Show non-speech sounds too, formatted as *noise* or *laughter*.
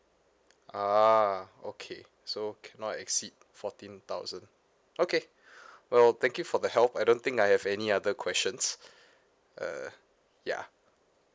ah okay so cannot exceed fourteen thousand okay *breath* well thank you for the help I don't think I have any other questions uh yeah